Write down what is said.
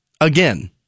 again